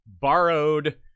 borrowed